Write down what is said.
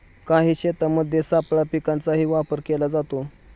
काही शेतांमध्ये सापळा पिकांचाही वापर केला जातो